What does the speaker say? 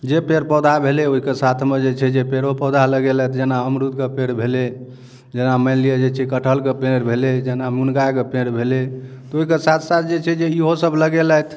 जे पेड़ पौधा भेलै ओहिके साथ मे जे छै पेड़ो पौधा लेगेलथि जेना अमरूद के पेड़ भेलै जेना मानि लिअ जे छै कठहल के पेड़ भेलै जेना मुनिगा के पेड़ भेलै तऽ ओहि के साथ साथ जे छै इहो सब लगेलथि